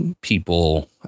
people